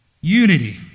unity